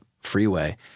freeway